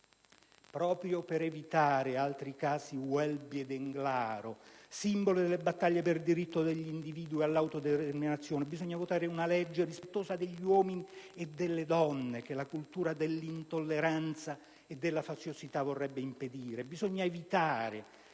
Proprio per evitare altri casi Welby ed Englaro, simboli delle battaglie per il diritto degli individui all'autodeterminazione, bisogna votare una legge rispettosa degli uomini e delle donne che la cultura dell'intolleranza e della faziosità vorrebbe impedire.